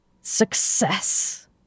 success